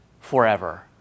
forever